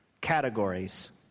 categories